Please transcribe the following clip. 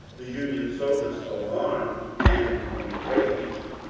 the union soldiers, alarmed and en raged,